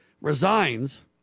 resigns